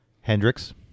Hendrix